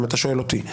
אם אתה שואל אותי.